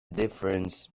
difference